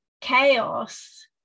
chaos